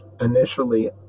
initially